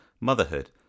motherhood